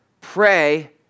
pray